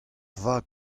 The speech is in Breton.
vag